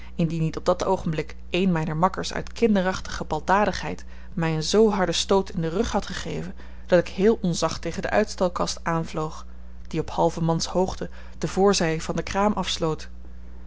indien niet op dat oogenblik een myner makkers uit kinderachtige baldadigheid my een zoo harden stoot in den rug had gegeven dat ik heel onzacht tegen de uitstalkast aanvloog die op halvemanshoogte de voorzy van de kraam afsloot